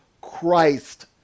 Christ